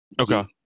Okay